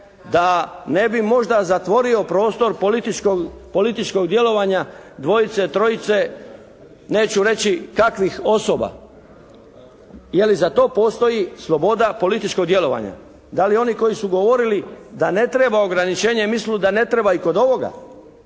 da ne bi možda zatvorio prostor političkog djelovanja dvojice, trojice neću reći kakvih osoba. Je li za to postoji sloboda političkog djelovanja? Da li oni koji su govorili da ne treba ograničenje misle da ne treba i kod ovoga